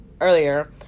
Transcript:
earlier